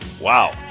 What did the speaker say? Wow